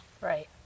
Right